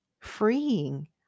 freeing